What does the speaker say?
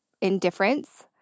indifference